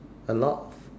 a lot